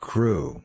Crew